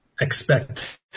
expect